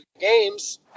games